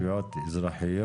תביעות אזרחיו